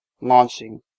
launching